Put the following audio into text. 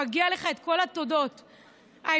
מגיעות לך את כל התודות האפשריות.